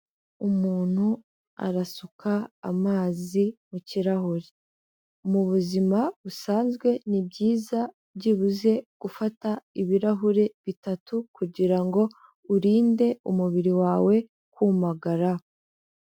Umuntu arasuka amazi mu kirahure, mu buzima busanzwe ni byiza byibuze gufata ibirahure bitatu kugira ngo urinde umubiri wawe kumagara.